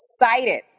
excited